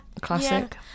classic